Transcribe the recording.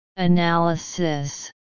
Analysis